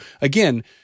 again